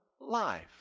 life